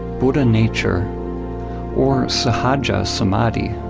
buddha nature or sahaja samadhi.